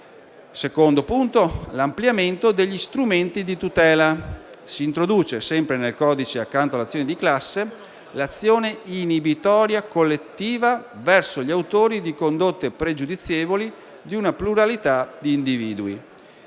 concerne l'ampliamento degli strumenti di tutela: si introduce, sempre nel codice, accanto all'azione di classe, l'azione inibitoria collettiva verso gli autori di condotte pregiudizievoli di una pluralità di individui.